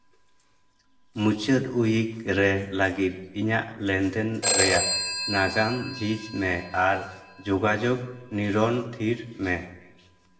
ᱢᱩᱪᱟᱹᱫ ᱩᱭᱤᱠ ᱨᱮ ᱞᱟᱹᱜᱤᱫ ᱤᱧᱟᱹᱜ ᱞᱮᱱᱫᱮᱱ ᱨᱮᱭᱟᱜ ᱱᱟᱜᱟᱢ ᱡᱷᱤᱡ ᱢᱮ ᱟᱨ ᱡᱳᱜᱟᱡᱳᱜᱽ ᱱᱤᱨᱚᱱ ᱛᱷᱤᱨ ᱢᱮ